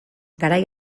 garai